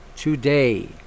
Today